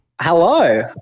Hello